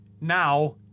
now